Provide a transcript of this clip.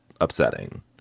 upsetting